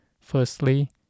firstly